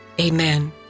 Amen